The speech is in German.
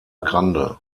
grande